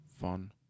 fun